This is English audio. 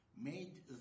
made